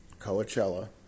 Coachella